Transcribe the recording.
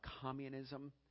communism